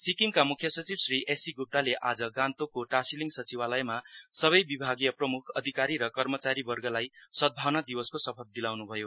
सिक्किमका मृख्य सचिव श्री एससि गुप्ताले आज गान्तोकको टाशीलिङ सचिवालयमा सबै विभागीय प्रम्ख अधिकारी र कर्मचारीवर्गलाई सदभावना दिवसको शपथ दिलाउन् भयो